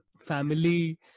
family